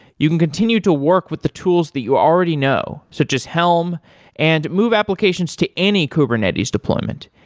you can continue to work with the tools that you already know, such as helm and move applications to any kubernetes deployment.